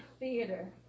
theater